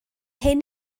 hyn